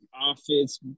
office